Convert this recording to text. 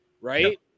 right